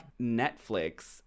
Netflix